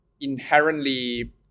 inherently